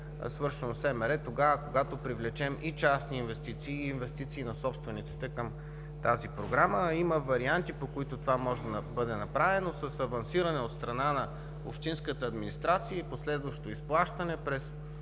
свършено СМР, тогава когато привлечем и частни инвестиции, и инвестиции на собствениците към тази програма. Има варианти, по които това може да бъде направено – с авансиране от страна на общинската администрация и последващо изплащане през